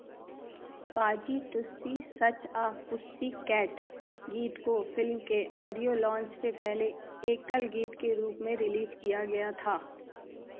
पाजी Tussi such a pussycat गीत को फ़िल्म के ऑडियो लॉन्च से पहले एकल गीत के रूप में रिलीज किया गया था